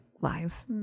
live